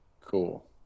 Cool